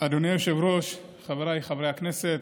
אדוני היושב-ראש, חבריי חברי הכנסת,